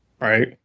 Right